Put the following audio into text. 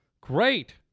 Great